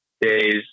days